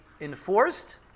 enforced